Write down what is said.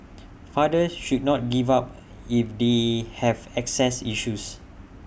fathers should not give up if they have access issues